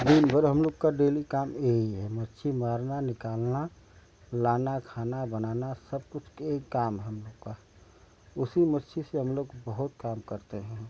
दिन भर हम लोग का डेली काम यही है मच्छी मारना मच्छी मारना निकालना लाना है खाना है बनाना है सब कुछ एक काम है हम लोग का उसमें उसी से हम लोग का बहुत काम करते हैं